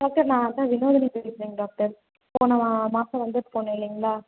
doctor நான்தான் வினோதினி பேசுறேங்க doctor போன மாசம் வந்துவிட்டு போனேன் இல்லைங்களா